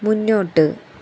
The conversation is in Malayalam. മുന്നോട്ട്